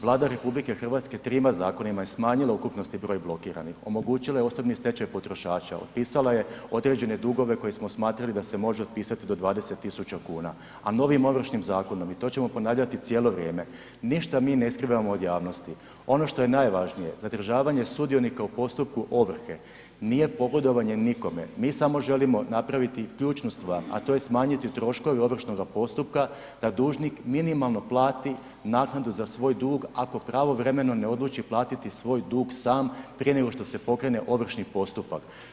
Vlada RH trima zakonima je smanjila ukupni broj blokiranih, omogućila je osobni stečaj potrošača, otpisala je određene dugove koje smo smatrali da se može otpisati do 20.000 kuna, a novim Ovršnim zakonom i to ćemo ponavljati cijelo vrijeme ništa mi ne skrivamo od javnosti, ono što je najvažnije zadržavanje sudionika u postupku ovrhe nije pogodovanje nikome, mi samo želimo napraviti ključnu stvar, a to je smanjiti troškove ovršnoga postupka da dužnik minimalno plati naknadu za svoj dug ako pravovremeno ne odluči platiti svoj dug sam prije nego što se pokrene ovršni postupak.